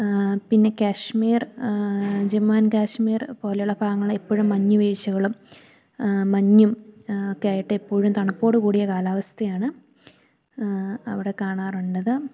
പിന്നെ കാശ്മീർ ജമ്മു ആൻഡ് കാശ്മീർ പോലുള്ള ഭാഗങ്ങളില് എപ്പോഴും മഞ്ഞുവീഴ്ചകളും മഞ്ഞും ഒക്കെ ആയിട്ട് എപ്പോഴും തണുപ്പോടുകൂടിയ കാലാവസ്ഥയാണ് അവിടെ കാണാറുള്ളത്